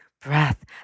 breath